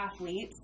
athletes